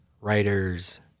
writers